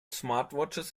smartwatches